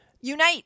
Unite